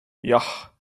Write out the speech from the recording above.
jah